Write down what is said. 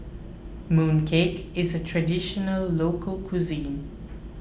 Mooncake is a Traditional Local Cuisine